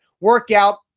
workout